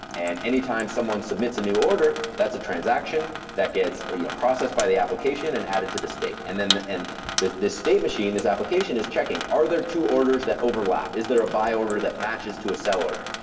and anytime someone submits a new order, that's a transaction. that gets you know processed by the application and added to the state. and then and this this state machine, this application is checking, are there two orders that overlap? is there a buy order that matches to a sell order?